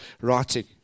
writing